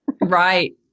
Right